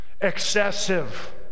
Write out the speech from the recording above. excessive